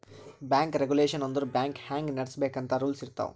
bank regulation ಅಂದುರ್ bank ಹ್ಯಾಂಗ್ ನಡುಸ್ಬೇಕ್ ಅಂತ್ ರೂಲ್ಸ್ ಇರ್ತಾವ್